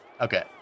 Okay